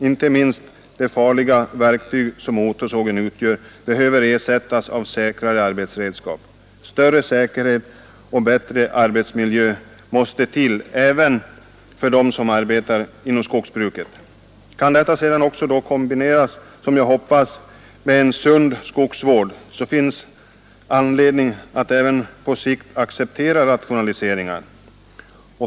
Inte minst det farliga verktyg som motorsågen utgör behöver ersättas av säkrare arbetsredskap. Större säkerhet och bättre arbetsmiljö måste till även för dem som arbetar inom skogsbruket. Kan detta sedan också kombineras, som jag hoppas, med en sund skogsvård, så finns det anledning att även på sikt acceptera rationaliseringar.